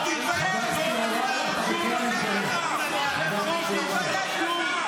חבר הכנסת יוראי, אתה בקריאה ראשונה.